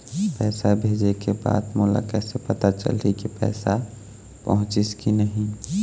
पैसा भेजे के बाद मोला कैसे पता चलही की पैसा पहुंचिस कि नहीं?